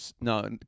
no